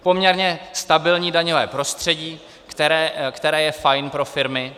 Poměrně stabilní daňové prostředí, které je fajn pro firmy.